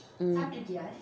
mmhmm